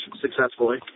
successfully